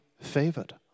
favored